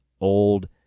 old